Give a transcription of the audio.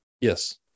yes